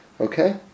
okay